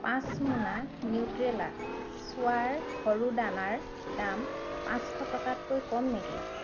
পাঁচ মোনা নিউট্ৰেলা চোয়াৰ সৰু দানাৰ দাম পাঁচশ টকাতকৈ কম নেকি